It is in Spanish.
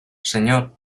señor